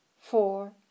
four